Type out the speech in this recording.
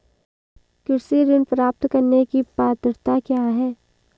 कृषि ऋण प्राप्त करने की पात्रता क्या है?